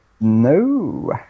No